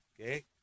okay